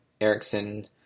Erickson